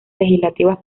legislativas